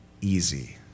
easy